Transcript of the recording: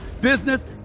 business